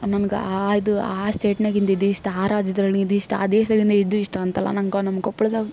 ನನ್ಗೆ ಆ ಇದು ಆ ಸ್ಟೇಟ್ನಾಗಿಂದು ಇದು ಇಷ್ಟ ಆ ರಾಜ್ಯದಲ್ಲಿ ಇದು ಇಷ್ಟ ಆ ದೇಶದಿಂದ ಇದು ಇಷ್ಟ ಅಂತಲ್ಲ ನಂಗೆ ನಮ್ಮ ಕೊಪ್ಪಳದಾಗ